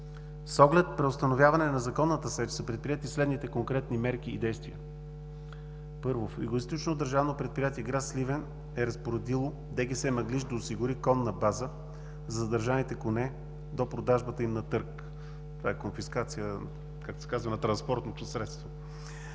С оглед преустановяване на незаконната сеч са предприети следните конкретни мерки и действия: Първо, Югоизточно държавно предприятие - гр. Сливен, е разпоредило ДГС „Мъглиж“ да осигури конна база за задържаните коне до продажбата им на търг. Това е, както се казва, конфискация на транспортното средство.